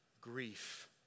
Grief